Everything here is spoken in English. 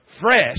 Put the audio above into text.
fresh